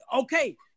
Okay